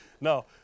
No